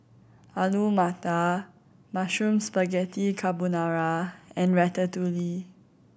Alu Matar Mushroom Spaghetti Carbonara and Ratatouille